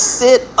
sit